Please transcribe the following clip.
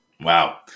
Wow